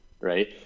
Right